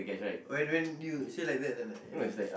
why do even you say like that then I listen